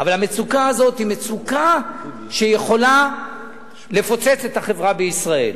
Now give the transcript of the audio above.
אבל המצוקה הזאת היא מצוקה שיכולה לפוצץ את החברה בישראל.